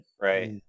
Right